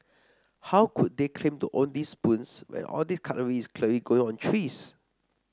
how could they claim to own those spoons when all those cutlery is clearly growing on trees